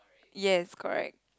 yes correct